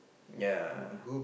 ya